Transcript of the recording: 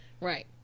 right